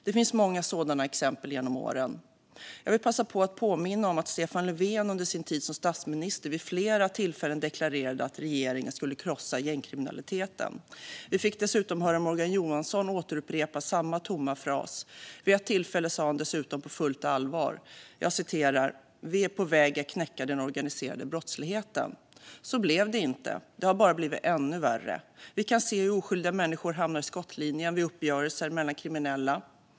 Det finns många sådana exempel genom åren. Jag vill påminna om att Stefan Löfven under sin tid som statsminister vid flera tillfällen deklarerade att regeringen skulle krossa gängkriminaliteten. Vi fick dessutom höra Morgan Johansson återupprepa samma tomma fras. Vid ett tillfälle sa han dessutom på fullt allvar: "Vi är på väg att knäcka den organiserade brottsligheten." Så blev det inte. Det har bara har blivit ännu värre. Vi kan se hur oskyldiga människor hamnar i skottlinjen vid uppgörelser mellan kriminella.